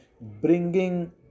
bringing